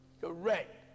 correct